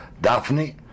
Daphne